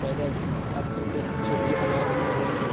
पैदा हुए आजकल के जो भी अनाज बोए वो भी